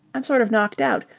i'm sort of knocked out.